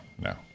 no